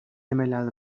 ملل